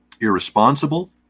irresponsible